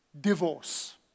divorce